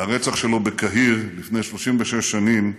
והרצח שלו בקהיר, לפני 36 שנים,